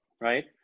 Right